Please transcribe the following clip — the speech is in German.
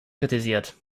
kritisiert